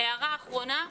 הערה אחרונה.